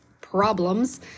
problems